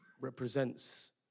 represents